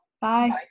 bye